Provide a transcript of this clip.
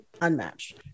unmatched